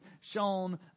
shown